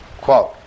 Quote